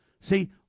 See